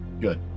Good